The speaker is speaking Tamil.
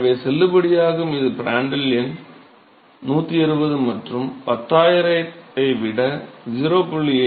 எனவே செல்லுபடியாகும் இது பிராண்டல் எண் 160 மற்றும் 10000 ஐ விட 0